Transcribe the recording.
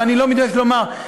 אני לא מתבייש לומר,